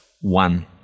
one